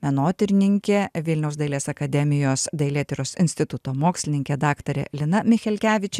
menotyrininkė vilniaus dailės akademijos dailėtyros instituto mokslininkė daktarė lina michelkevičė